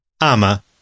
Ama